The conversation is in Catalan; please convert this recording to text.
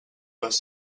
les